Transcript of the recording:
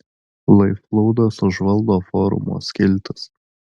lai flūdas užvaldo forumo skiltis